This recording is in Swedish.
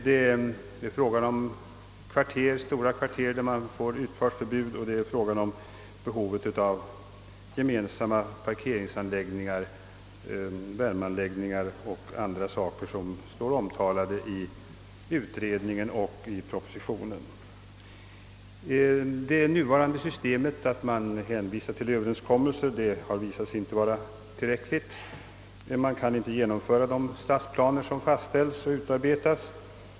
Det kan vara fråga om stora kvarter där man får utfartsförbud, det behövs gemensamma parkeringsanläggningar, värme anläggningar och andra anläggningar som står omtalade i utredningen och i propositionen. Det nuvarande systemet med hänvisning till överenskommelser har visat sig inte vara tillräckligt. Man kan inte genomföra de stadsplaner som utarbetats och fastställts.